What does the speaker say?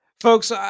Folks